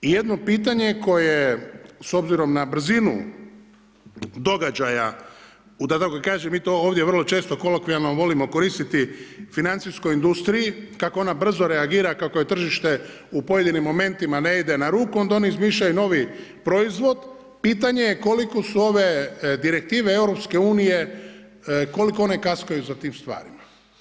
I jedno pitanje koje s obzirom na brzinu događaja da tako kažem mi to ovdje vrlo često kolokvijalno volimo koristiti financijskoj industriji kako ona brzo reagira, kako je tržište u pojedinim momentima ne ide na ruku onda oni izmišljaju novi proizvod, pitanje je koliko su ove direktive EU koliko one kaskaju za tim stvarima.